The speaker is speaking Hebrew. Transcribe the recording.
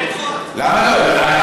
למה לא?